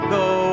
go